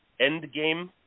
Endgame